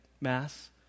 Mass